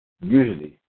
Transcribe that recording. Usually